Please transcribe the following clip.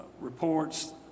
reports